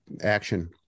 action